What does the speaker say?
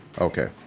Okay